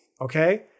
okay